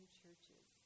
churches